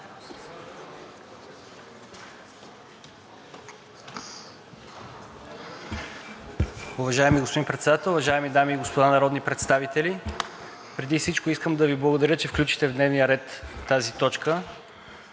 Уважаеми господин Председател, уважаеми дами и господа народни представители! Преди всичко искам да Ви благодаря, че включихте в дневния ред тази точка